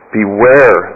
beware